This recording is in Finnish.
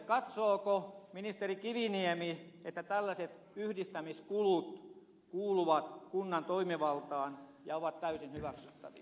katsooko ministeri kiviniemi että tällaiset yhdistämiskulut kuuluvat kunnan toimivaltaan ja ovat täysin hyväksyttäviä